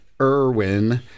irwin